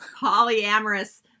polyamorous